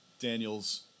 Daniels